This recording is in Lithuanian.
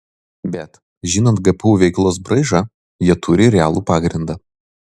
bet žinant gpu veiklos braižą jie turi realų pagrindą